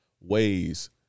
ways